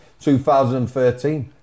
2013